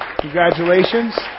congratulations